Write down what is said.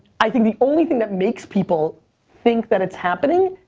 i think the only thing that makes people think that it's happening,